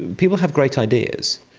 people have great ideas.